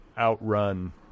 outrun